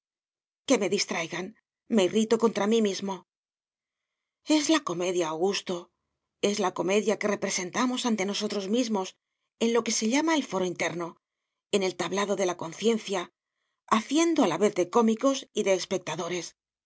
que me distraigan me irrito contra mí mismo es la comedia augusto es la comedia que representamos ante nosotros mismos en lo que se llama el foro interno en el tablado de la conciencia haciendo a la vez de cómicos y de espectadores